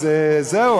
אז זהו,